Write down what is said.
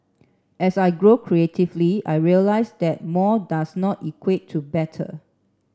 as I grow creatively I realise that more does not equate to better